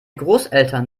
großeltern